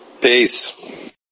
Peace